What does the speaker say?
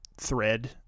thread